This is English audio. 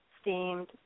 steamed